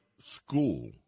school